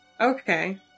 Okay